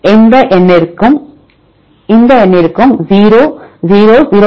இந்த எண்ணுக்கும் இந்த எண்ணிற்கும் 0s 0s 0